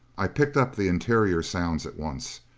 i picked up the interior sounds at once